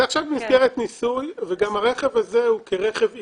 זה עכשיו במסגרת ניסוי וגם הרכב הזה הוא רכב איגום.